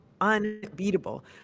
unbeatable